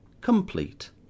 complete